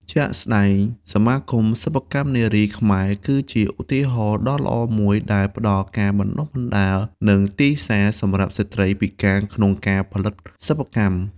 ជាក់ស្ដែង សមាគមសិប្បកម្មនារីខ្មែរ គឺជាឧទាហរណ៍ដ៏ល្អមួយដែលផ្តល់ការបណ្តុះបណ្តាល និងទីផ្សារសម្រាប់ស្ត្រីពិការក្នុងការផលិតសិប្បកម្ម។